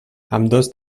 ambdós